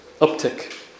uptick